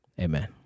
Amen